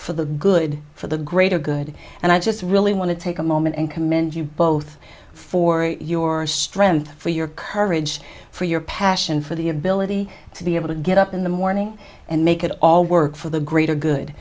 for the good for the greater good and i just really want to take a moment and commend you both for your strength for your courage for your passion for the ability to be able to get up in the morning and make it all work for the greater good